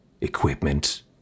equipment